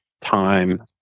time